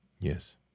Yes